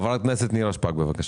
חברת הכנסת נירה שפק בבקשה.